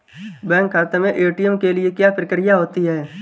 Bank खाते में ATM के लिए क्या प्रक्रिया होती है?